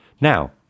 Now